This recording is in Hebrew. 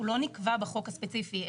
הוא לא נקבע בחוק הספציפי.